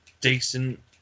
decent